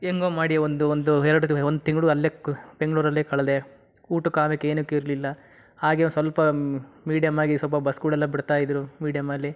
ಹೆಂಗೋ ಮಾಡಿ ಒಂದು ಒಂದು ಎರಡು ಒಂದು ತಿಂಗಳು ಅಲ್ಲೇ ಕು ಬೆಂಗಳೂರಲ್ಲೇ ಕಳೆದೆ ಊಟಕ್ಕೆ ಆಗಕ್ಕೆ ಏನಕ್ಕೂ ಇರಲಿಲ್ಲ ಹಾಗೇ ಸ್ವಲ್ಪ ಮೀಡಿಯಂ ಆಗಿ ಸ್ವಲ್ಪ ಬಸ್ಸುಗಳೆಲ್ಲ ಬಿಡ್ತಾ ಇದ್ದರು ಮೀಡಿಯಂ ಅಲ್ಲಿ